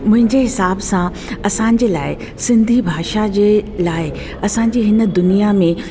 मुंहिंजे हिसाब सां असांजे लाइ सिंधी भाषा जे लाइ असांजी हिन दुनिया में